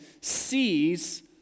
sees